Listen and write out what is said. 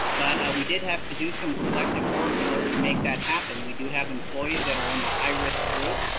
but and we did have to do some collective work in order to make that happen. we do have employees that are in the high risk group.